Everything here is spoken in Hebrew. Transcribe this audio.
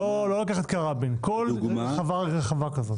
לא לקחת כרבין, כל רחבה רחבה כזאת.